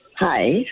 Hi